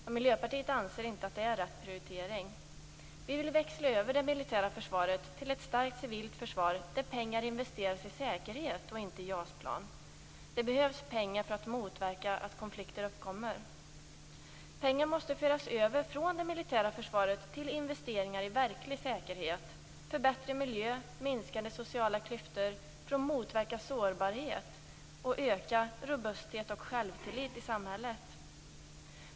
Miljöpartiet anser inte att detta är rätt prioritering. Vi vill växla över det militära försvaret till ett starkt civilt försvar där pengar investeras i säkerhet och inte i JAS-plan. Det behövs pengar för att motverka att konflikter uppkommer. Pengar måste föras över från det militära försvaret till investeringar i verklig säkerhet för bättre miljö, minskade sociala klyftor, för att motverka sårbarhet och öka robusthet och självtillit i samhället.